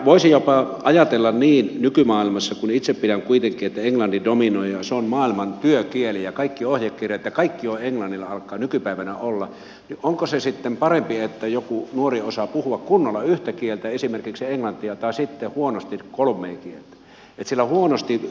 voisi jopa ajatella nykymaailmassa kun itse pidän kuitenkin että englanti dominoi ja se on maailman työkieli ja kaikki ohjekirjat ja kaikki alkavat olla nykypäivänä englanniksi että onko se sitten parempi että joku nuori osaa puhua kunnolla yhtä kieltä esimerkiksi englantia vai sitten huonosti kolmea kieltä